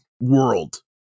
world